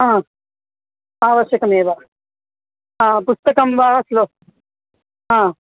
हा आवश्यकमेव पुस्तकं वा स्लो हा